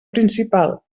principal